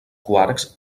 quarks